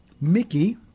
Mickey